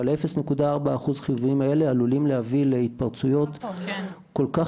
אבל ה-0.4% החיוביים האלה עלולים להביא להתפרצויות כל כך